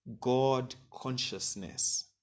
God-consciousness